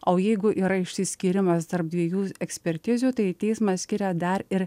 o jeigu yra išsiskyrimas tarp dviejų ekspertizių tai teismas skiria dar ir